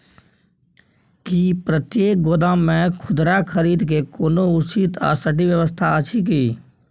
की प्रतेक गोदाम मे खुदरा खरीद के कोनो उचित आ सटिक व्यवस्था अछि की?